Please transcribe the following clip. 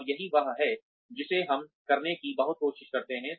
और यही वह है जिसे हम करने की बहुत कोशिश करते हैं